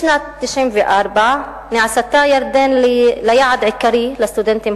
משנת 1994 נעשתה ירדן ליעד העיקרי לסטודנטים